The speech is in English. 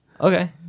Okay